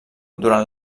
durant